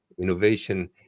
Innovation